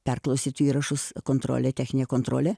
perklausyt įrašus kontrole techninė kontrolė